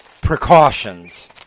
precautions